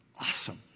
awesome